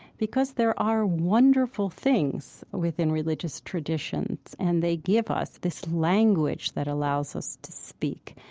because there are wonderful things within religious traditions, and they give us this language that allows us to speak.